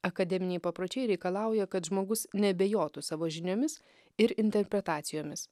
akademiniai papročiai reikalauja kad žmogus neabejotų savo žiniomis ir interpretacijomis